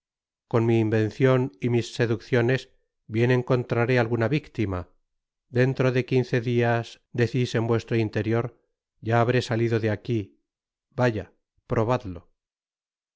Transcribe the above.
con mi invencion y mis seducciones bien encontraré alguna vio tima dentro de quince días decis en vuestro interior ya habré salido de aqui vaya probátflo